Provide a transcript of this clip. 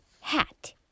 hat